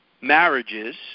marriages